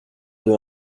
deux